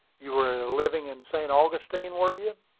you were living in st. augustine, were you?